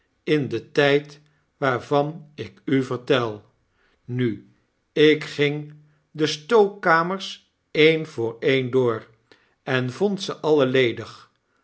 in den tyd waarvan ik u vertel nu ik ging de stookkamers een voor een door en vond ze alle ledig